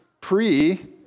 pre